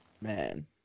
Man